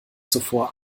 zuvor